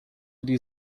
die